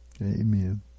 Amen